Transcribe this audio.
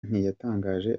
ntiyatangaje